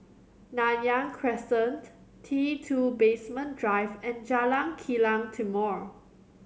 Nanyang Crescent T Two Basement Drive and Jalan Kilang Timor